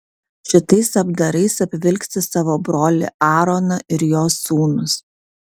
šitais apdarais apvilksi savo brolį aaroną ir jo sūnus